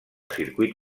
circuit